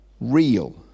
real